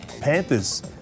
Panthers